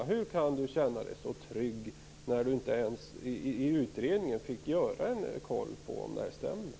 Hur kan Barbro Hietala Nordlund känna sig så trygg när hon i utredningen inte ens fick göra en koll av huruvida det här stämmer?